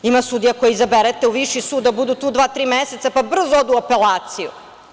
Ima sudija koje izaberete u viši sud, a budu tu dva tri meseca pa brzo odu u apelaciju.